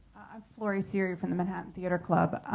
i'm florie seery from the manhattan theater club.